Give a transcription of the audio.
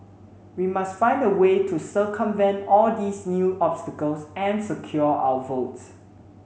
we must find a way to circumvent all these new obstacles and secure our votes